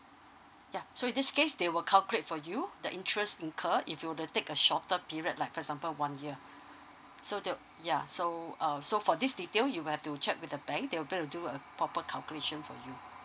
ya so in this case they'll calculate for you the interest incur if you'll take a shorter period like for example one year so the ya so uh so for these detail you'll have to check with the bank they will be able to do a proper calculation for you